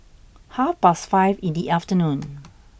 half past five in the afternoon